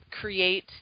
create